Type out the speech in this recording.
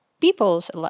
people's